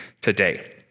today